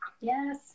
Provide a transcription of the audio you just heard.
Yes